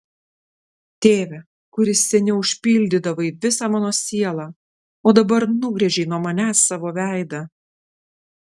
tėve kuris seniau užpildydavai visą mano sielą o dabar nugręžei nuo manęs savo veidą